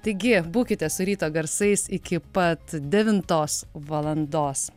taigi būkite su ryto garsais iki pat devintos valandos